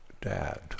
dad